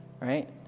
Right